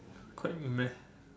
quite meh